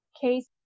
case